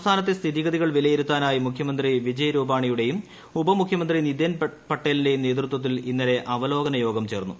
സംസ്ഥാനത്തെ സ്ഥിതിഗതികൾ വിലയിരുത്താനായി മുഖ്യമന്ത്രി വിജയ്രൂപാണിയുടേയും ഉപമുഖ്യമന്ത്രി നിതിൻ പട്ടേലിന്റേയും നേതൃത്വത്തിൽ ഇന്നലെ അവലോകനയോഗം ചേർന്നു